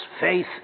faith